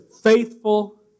faithful